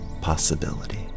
possibility